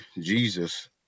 Jesus